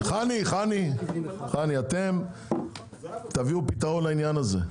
חנ"י, תביאו פתרון לעניין הזה.